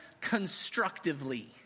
constructively